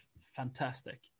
fantastic